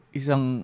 isang